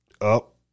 up